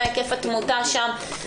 מה היקף התמותה שם.